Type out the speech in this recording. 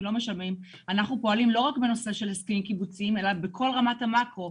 אנחנו לא פועלים רק בנושא של הסכמים קיבוציים אלא בכל רמת המאקרו.